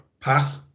path